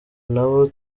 nabo